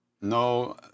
No